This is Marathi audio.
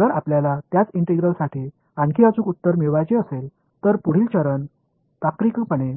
जर आपल्याला त्याच इंटिग्रलसाठी आणखी अचूक उत्तर मिळवायचे असेल तर पुढील चरण तार्किकपणे